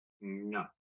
No